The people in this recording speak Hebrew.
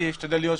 אני אשתדל להיות.